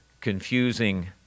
confusing